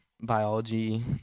biology